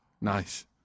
Nice